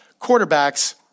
quarterbacks